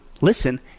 Listen